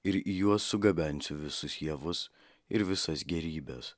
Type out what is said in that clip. ir į juos sugabensiu visus javus ir visas gėrybes